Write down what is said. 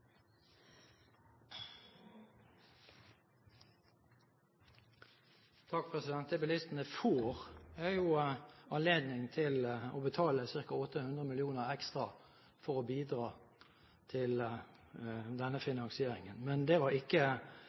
å betale ca. 800 mill. kr ekstra for å bidra til denne finansieringen. Men det var ikke